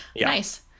nice